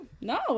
No